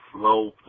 slow